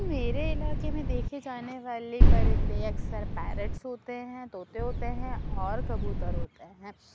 میرے علاقے میں دیکھے جانے والے پرندے اکثر پیرٹس ہوتے ہیں طوطے ہوتے ہیں اور کبوتر ہوتے ہیں